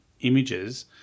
images